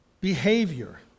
behavior